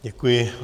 Děkuji.